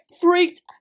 freaked